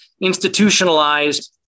institutionalized